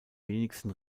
wenigsten